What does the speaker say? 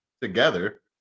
together